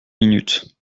minute